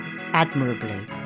admirably